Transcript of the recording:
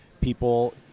people